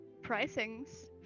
pricings